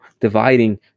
dividing